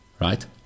Right